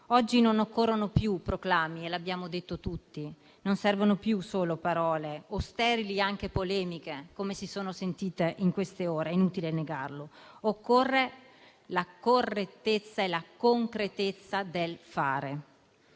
Oggi non occorrono più proclami - l'abbiamo detto tutti - non servono più solo parole o sterili polemiche, come si sono sentite in queste ore (è inutile negarlo). Occorre la correttezza e la concretezza del fare.